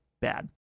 bad